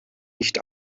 nicht